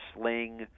Sling